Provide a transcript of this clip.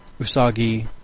Usagi